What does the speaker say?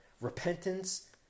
Repentance